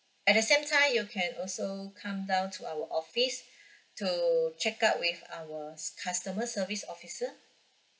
at the same time you can also come down to our office to check up with our customer service officer